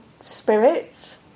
spirits